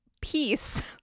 peace